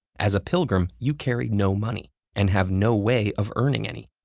as a pilgrim you carry no money and have no way of earning any.